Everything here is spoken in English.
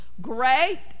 great